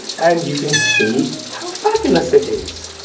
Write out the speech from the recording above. and you can see how fabulous it is.